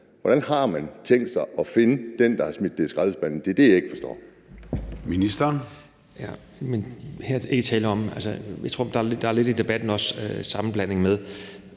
forbrændes, har tænkt sig at finde den, der har smidt det i skraldespanden? Det er det, jeg ikke forstår.